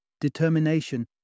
determination